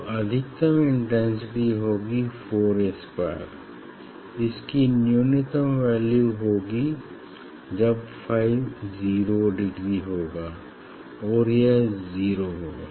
तो अधिकतम इंटेंसिटी होगी 4A स्क्वायर इसकी न्यूनतम वैल्यू होगी जब फाई जीरो डिग्री होगा और यह जीरो होगा